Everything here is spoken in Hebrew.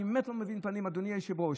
אני באמת לא מבין, אדוני היושב-ראש.